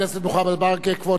כבוד שר התחבורה.